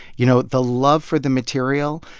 you know, the love for the material.